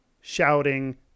shouting